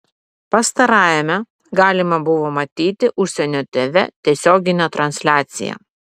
pastarajame galima buvo matyti užsienio tv tiesioginę transliaciją